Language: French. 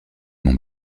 mon